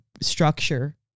structure